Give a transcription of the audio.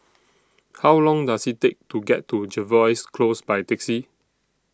How Long Does IT Take to get to Jervois Close By Taxi